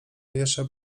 jeszcze